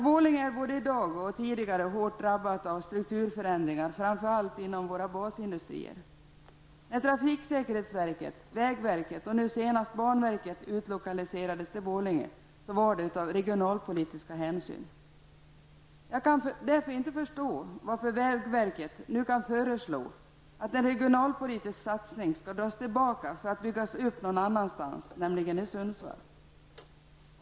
Borlänge är både i dag och tidigare år hårt drabbat av strukturförändringar framför allt inom våra basindustrier. När vägverket, banverket och trafiksäkerhetsverket utlokaliserades till Borlänge var det av regionalpolitiska hänsyn. Jag kan därför inte förstå varför vägverket nu kan föreslå att en regionalpolitisk satsning skall dras tillbaka för att byggas upp någon annanstans, nämligen i Sundsvall.